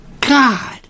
God